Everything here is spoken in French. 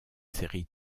série